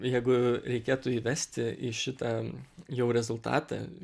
jeigu reikėtų įvesti į šitą jau rezultatą